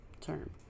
term